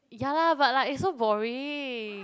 yeah lah but like so boring